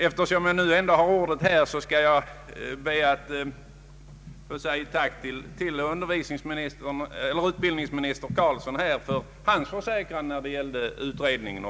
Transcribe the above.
Eftersom jag ändå har ordet skall jag be att få säga ett tack till utbildningsminister Carlsson för hans försäkran när det gäller utredningen.